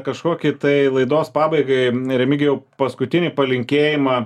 kažkokį tai laidos pabaigai remigijau paskutinį palinkėjimą